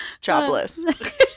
jobless